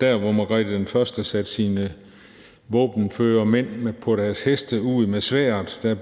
tage dem. Hvor Margrethe I satte sine våbenføre mænd på deres heste ind med sværd,